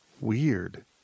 Weird